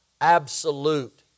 absolute